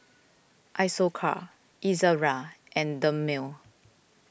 Isocal Ezerra and Dermale